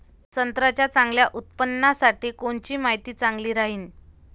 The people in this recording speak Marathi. संत्र्याच्या चांगल्या उत्पन्नासाठी कोनची माती चांगली राहिनं?